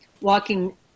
walking